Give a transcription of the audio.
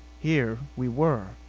here we were.